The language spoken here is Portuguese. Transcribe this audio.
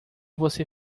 você